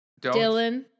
Dylan